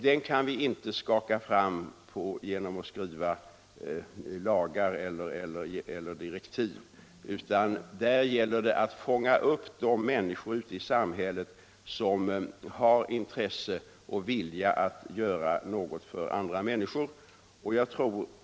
Den kan vi inte skaka fram genom att skriva lagar eller direktiv, utan där gäller det att fånga upp de människor ute i samhället som har intresse och vilja att göra något för andra människor.